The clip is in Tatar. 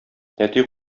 әти